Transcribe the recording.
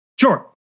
Sure